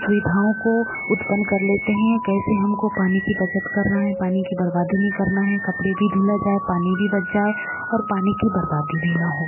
सुविधाओं को उत्पन्न कर लेते हैं कैसे हमको पानी की बचत करना है पानी की बर्बादी नहीं करना है कपड़े भी धुल जाए पानी भी बच जाए और पानी की बर्बादी भी न हो